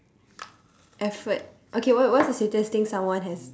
effort okay what what's the sweetest thing someone has